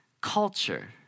culture